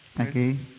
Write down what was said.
Okay